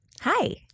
Hi